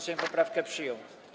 Sejm poprawkę przyjął.